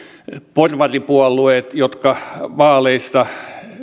porvaripuolueet jotka vaaleissa